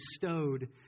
bestowed